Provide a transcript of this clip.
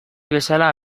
bezala